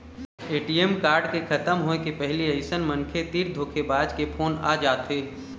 ATM card के खतम होए के पहिली अइसन मनखे तीर धोखेबाज के फोन आ जाथे